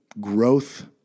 growth